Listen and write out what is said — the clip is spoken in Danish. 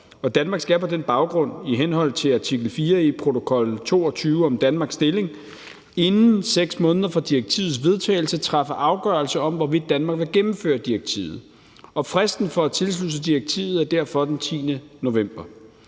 Danmark skal på den baggrund i henhold til artikel 4 i protokol nr. 22 om Danmarks stilling inden 6 måneder fra direktivets vedtagelse træffe afgørelse om, hvorvidt Danmark vil gennemføre direktivet, og fristen for at tilslutte sig direktivet er derfor den 10. november.